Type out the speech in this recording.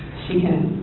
she can